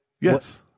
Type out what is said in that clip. yes